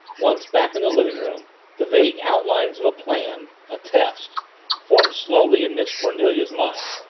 once back in the living-room the vague outlines of a plan a test formed slowly in miss cornelia's mind,